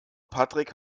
patrick